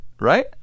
right